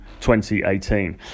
2018